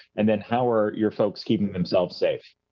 and then how are your folks keeping themselves safe?